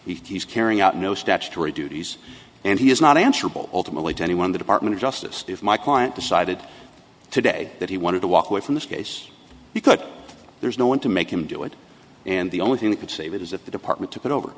was he's carrying out no statutory duties and he is not answerable ultimately to anyone the department of justice if my client decided today that he wanted to walk away from this case because there's no one to make him do it and the only thing that could save it is if the department took it over